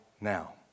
now